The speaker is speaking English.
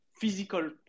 physical